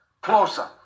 closer